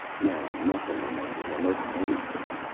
now nothing reminded him of anything,